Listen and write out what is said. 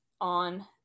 on